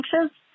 anxious